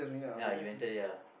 ya you enter already ah